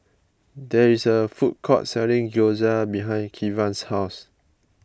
there is a food court selling Gyoza behind Kevan's house